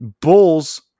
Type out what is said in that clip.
Bulls